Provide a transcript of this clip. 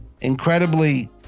Incredibly